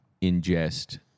ingest